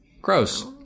Gross